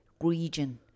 region